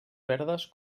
verdes